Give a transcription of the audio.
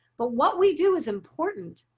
but what we do is important.